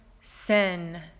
sin